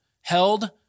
held